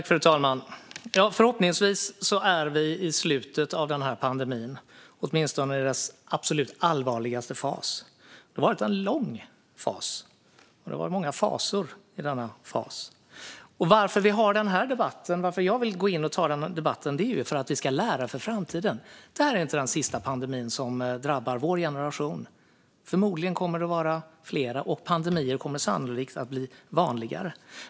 Fru talman! Förhoppningsvis är vi i slutet av den här pandemin, åtminstone i dess absolut allvarligaste fas. Det har varit en lång fas, och det har varit många fasor i denna fas. Anledningen till att vi har den här debatten och att jag vill gå in och ta debatten är att vi ska lära för framtiden. Detta är inte den sista pandemin som drabbar vår generation. Förmodligen kommer det att vara flera, och pandemier kommer sannolikt att bli vanligare.